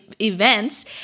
events